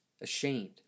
ashamed